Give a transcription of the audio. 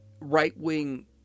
right-wing